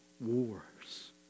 wars